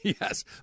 Yes